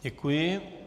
Děkuji.